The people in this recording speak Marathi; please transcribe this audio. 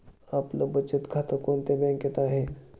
आपलं बचत खातं कोणत्या बँकेत आहे?